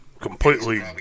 completely